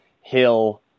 Hill